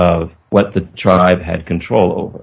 of what the tribe had control